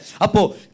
Apo